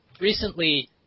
recently